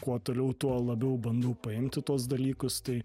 kuo toliau tuo labiau bandau paimtų tuos dalykus tai